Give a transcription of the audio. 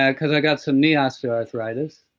yeah because i got some knee osteoarthritis,